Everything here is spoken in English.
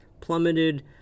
plummeted